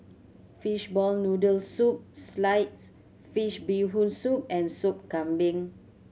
fishball noodle soup sliced fish Bee Hoon Soup and Sop Kambing